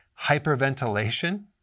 hyperventilation